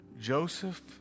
Joseph